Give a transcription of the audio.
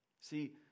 See